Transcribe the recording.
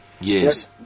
Yes